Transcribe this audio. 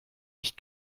nicht